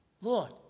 Lord